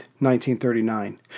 1939